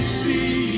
see